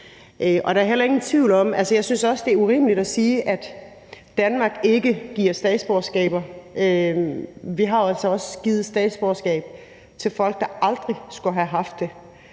Jeg synes også, det er urimeligt at sige, at Danmark ikke giver statsborgerskaber. Vi har jo altså også givet statsborgerskab til folk, der aldrig skulle have haft det.